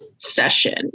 session